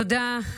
תודה.